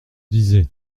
disais